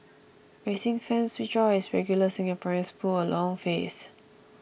racing fans rejoice regular Singaporeans pull a long face